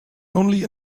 only